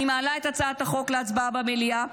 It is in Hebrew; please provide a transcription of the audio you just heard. אני מעלה את הצעת החוק להצבעה במליאה,